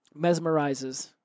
mesmerizes